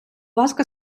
ласка